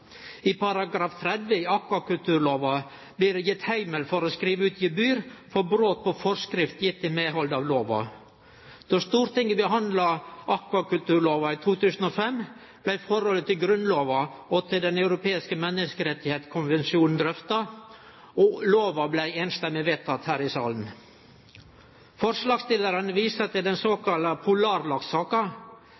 I § 30 i akvakulturlova blir det gitt heimel for å skrive ut gebyr for brot på forskrift gitt i medhald av lova. Då Stortinget behandla akvakulturlova i 2005, blei forholdet til Grunnlova og til Den europeiske menneskerettskonvensjonen drøfta. Lova blei samrøystes vedteken her i salen. Forslagsstillarane viser til den